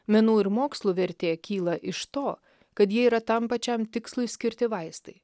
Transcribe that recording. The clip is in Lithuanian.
menų ir mokslų vertė kyla iš to kad ji yra tam pačiam tikslui skirti vaistai